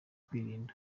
kwirinda